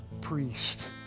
priest